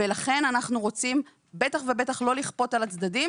לכן בטח ובטח אנחנו רוצים לא לכפות על הצדדים